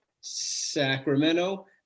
Sacramento